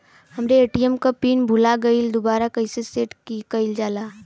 हमरे ए.टी.एम क पिन भूला गईलह दुबारा कईसे सेट कइलजाला?